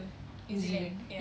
new zealand